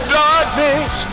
darkness